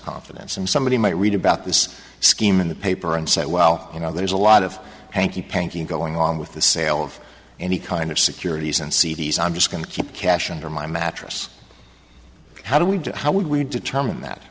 confidence and somebody might read about this scheme in the paper and said well you know there's a lot of hanky panky going on with the sale of any kind of securities and c d s i'm just going to keep cash under my mattress how do we how would we determine that